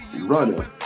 Runner